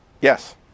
Yes